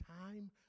time